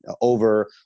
over